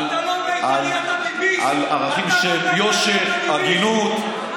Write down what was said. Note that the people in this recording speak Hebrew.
אתה לא בית"רי, אתה ביביסט.